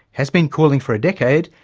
has been cooling for a decade,